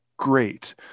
great